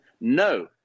no